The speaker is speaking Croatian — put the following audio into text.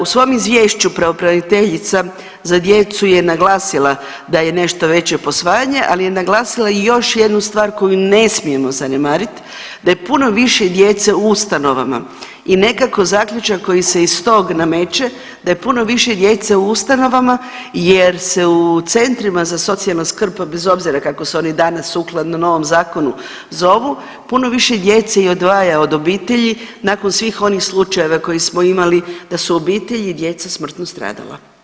U svom izvješću pravobraniteljica za djecu je naglasila da je nešto veće posvajanje, ali je naglasila i još jednu stvar koju ne smijemo zanemariti, da je puno više djece u ustanovama i nekako zaključak koji se iz tog nameće, da je puno više djece u ustanovama jer se u centrima za socijalnu skrb, bez obzira kako se oni danas sukladno novom zakonu zovu, puno više djece odvaja od obitelji nakon svih onih slučajeva koji smo imali da su obitelji djece smrtno stradala.